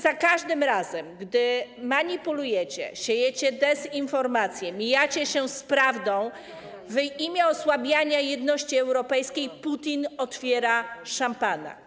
Za każdym razem, gdy manipulujecie, siejecie dezinformację, mijacie się z prawdą w imię osłabiania jedności europejskiej, Putin otwiera szampana.